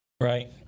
Right